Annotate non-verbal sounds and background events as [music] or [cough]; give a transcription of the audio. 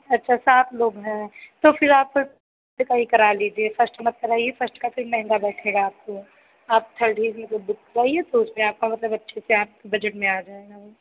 अच्छा सात लोग हैं तो फिर आप [unintelligible] का ही करा लीजिए फर्स्ट का मत कराइए फर्स्ट का फिर महँगा बैठेगा आपको आप थर्ड ही बुक कराइए तो उसमें आपको मतलब अच्छे से आपके बजट में आ जाएगा